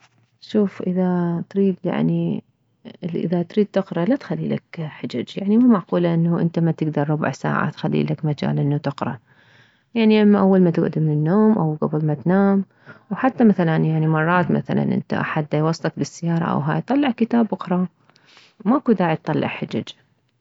شوف اذا تريد يعني اذا تريد تقره لا تخليلك حجج يعني ما معقولة انه انت متكدر ربع ساعة تخليلك مجال انو تقره يعني يا اما اول ما تكعد من النوم او كبل ما تنام او حتى مثلا يعني مرات مثلا انت احد ديوصلك بالسيارة او هاي طلع كتاب واقراه ماكو داعي تطلع حجج